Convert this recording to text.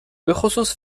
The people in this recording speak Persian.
بخصوص